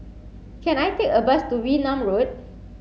can I take a bus to Wee Nam Road